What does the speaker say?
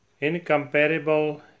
incomparable